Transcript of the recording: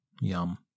Yum